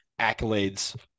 accolades